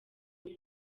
muri